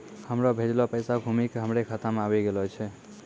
हमरो भेजलो पैसा घुमि के हमरे खाता मे आबि गेलो छै